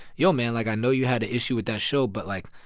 yo, man, like, i know you had an issue with that show, but, like,